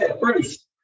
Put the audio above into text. Bruce